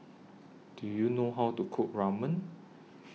Do YOU know How to Cook Ramen